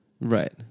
Right